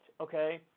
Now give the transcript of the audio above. okay